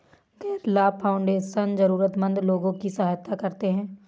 गैर लाभ फाउंडेशन जरूरतमन्द लोगों की सहायता करते हैं